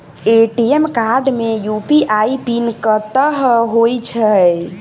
ATM card मे UPI PIN कतह होइ है?